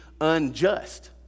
unjust